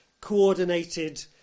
coordinated